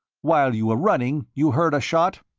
while you were running you heard a shot?